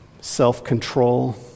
self-control